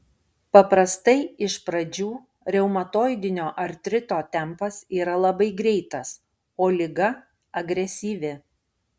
paprastai iš pradžių reumatoidinio artrito tempas yra labai greitas o liga agresyvi